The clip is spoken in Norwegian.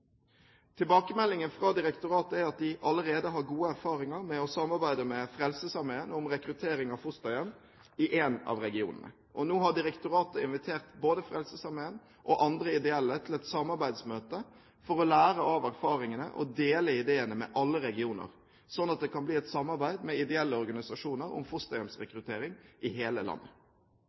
Tilbakemeldingen fra direktoratet er at de allerede har gode erfaringer med å samarbeide med Frelsesarmeen om rekruttering av fosterhjem i én av regionene. Nå har direktoratet invitert både Frelsesarmeen og andre ideelle organisasjoner til et samarbeidsmøte for å lære av erfaringene og dele ideene med alle regioner, slik at det kan bli et samarbeid med ideelle organisasjoner om fosterhjemsrekruttering i hele landet.